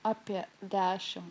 apie dešimt